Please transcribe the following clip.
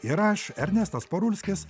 ir aš ernestas parulskis